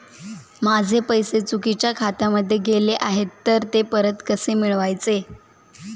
माझे पैसे चुकीच्या खात्यामध्ये गेले आहेत तर ते परत कसे मिळवायचे?